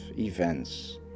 events